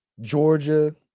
Georgia